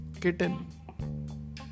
Kitten